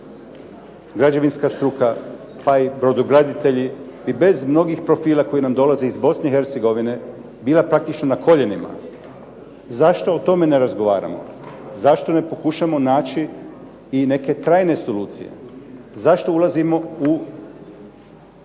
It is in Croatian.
Građevinska struka pa i brodograditelji bi bez mnogih profila koji nam dolaze iz Bosne i Hercegovine bila praktično na koljenima. Zašto o tome ne razgovaramo? Zašto ne pokušamo naći i neke trajne solucije? Zašto ulazimo u